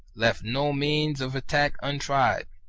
left no means of attack untried.